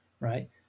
right